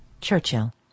Churchill